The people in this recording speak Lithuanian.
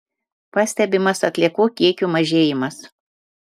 pastebimas atliekų kiekių mažėjimas